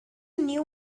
new